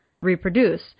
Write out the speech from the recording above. reproduce